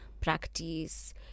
practice